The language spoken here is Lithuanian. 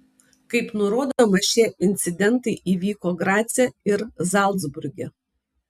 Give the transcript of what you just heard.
kaip nurodoma šie incidentai įvyko grace ir zalcburge